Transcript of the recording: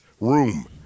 room